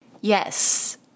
yes